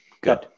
Good